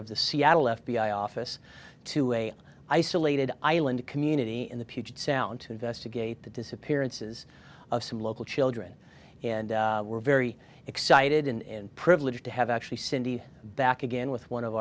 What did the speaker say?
of the seattle f b i office to a isolated island community in the puget sound to investigate the disappearances of some local children and we're very excited in privilege to have actually cindy back again with one of